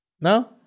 no